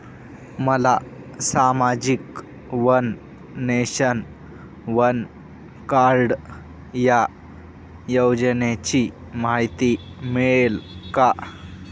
मला सामाजिक one nation, one card या योजनेची माहिती मिळेल का?